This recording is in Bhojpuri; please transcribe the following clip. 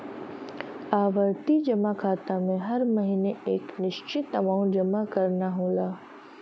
आवर्ती जमा खाता में हर महीने एक निश्चित अमांउट जमा करना होला